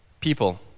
People